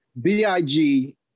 B-I-G